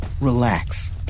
relax